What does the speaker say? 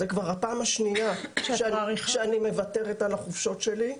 זו כבר הפעם השנייה שאני מוותרת על החופשות שלי,